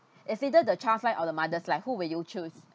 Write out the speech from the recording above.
it's either the child's life or the mother's life who would you choose